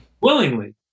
willingly